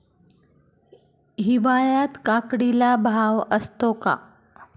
हिवाळ्यात काकडीला भाव असतो का?